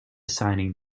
signing